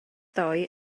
ddoe